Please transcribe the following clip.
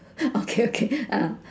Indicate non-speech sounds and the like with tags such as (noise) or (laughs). (laughs) okay okay ah